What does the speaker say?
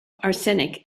arsenic